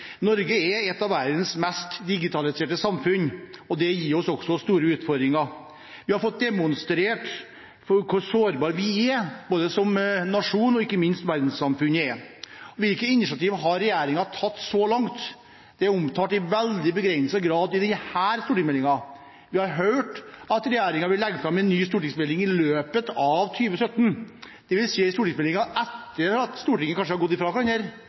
Norge er et av verdens mest digitaliserte samfunn, og det gir oss også store utfordringer. Vi har fått demonstrert hvor sårbare vi er, både som nasjon og ikke minst som verdenssamfunn. Hvilke initiativ har regjeringen tatt så langt? Det er omtalt i veldig begrenset grad i denne stortingsmeldingen. Vi har hørt at regjeringen vil legge fram en ny stortingsmelding i løpet av 2017 – dvs. kanskje etter at Stortinget har gått fra hverandre